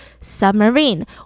submarine